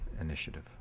initiative